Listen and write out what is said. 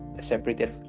separated